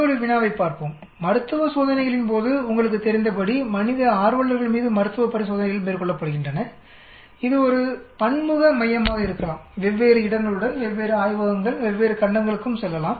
மற்றொரு வினாவைப் பார்ப்போம்மருத்துவ சோதனைகளின் போதுஉங்களுக்குத் தெரிந்தபடி மனித ஆர்வலர்கள் மீது மருத்துவ பரிசோதனைகள் மேற்கொள்ளப்படுகின்றனஇது ஒரு பன்முக மையமாக இருக்கலாம்வெவ்வேறு இடங்களுடன்வெவ்வேறு ஆய்வகங்கள்வெவ்வேறு கண்டங்களுக்கும் செல்லலாம்